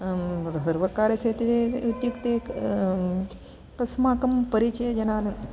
सर्वकसरस्य इत्युक्ते इत्युक्ते अस्माकं परिचयजनान्